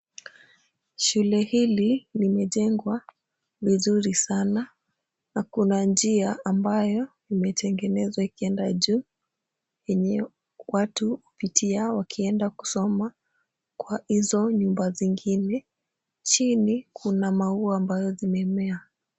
Shule hili limejengwa vizuri sana na kuna njia ambayo imetengenezwa ikienda juu, yenye watu hupitia wakienda kusoma kwa hizo nyumba zingine. Chini, kuna maua ambazo zimemea.